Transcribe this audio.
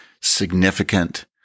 significant